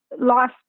life